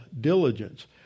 diligence